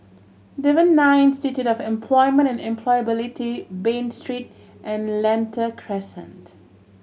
Devan Nair Institute of Employment and Employability Bain Street and Lentor Crescent